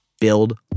Build